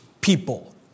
people